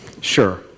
Sure